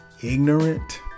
ignorant